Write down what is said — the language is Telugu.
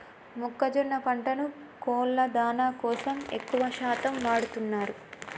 మొక్కజొన్న పంటను కోళ్ళ దానా కోసం ఎక్కువ శాతం వాడుతున్నారు